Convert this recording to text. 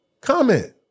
Comment